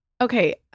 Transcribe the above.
Okay